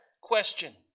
question